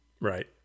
Right